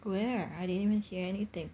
where I didn't even hear anything